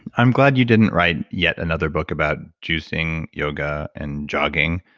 i'm glad you didn't write yet another book about juicing, yoga, and jogging,